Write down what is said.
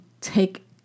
take